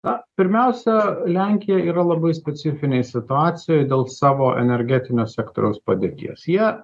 na pirmiausia lenkija yra labai specifinėj situacijoj dėl savo energetinio sektoriaus padėties jie